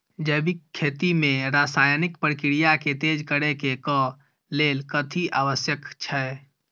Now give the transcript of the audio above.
जैविक खेती मे रासायनिक प्रक्रिया केँ तेज करै केँ कऽ लेल कथी आवश्यक छै?